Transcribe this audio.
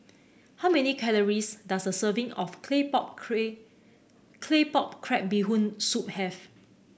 how many calories does a serving of claypot clay Claypot Crab Bee Hoon Soup have